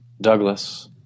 Douglas